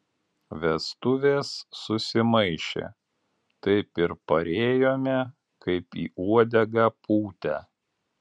vestuvės susimaišė taip ir parėjome kaip į uodegą pūtę